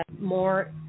more